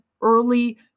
early